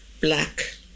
black